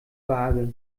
vage